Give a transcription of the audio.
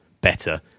better